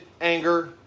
anger